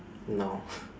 no